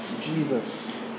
Jesus